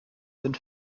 sind